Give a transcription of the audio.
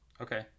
okay